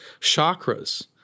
chakras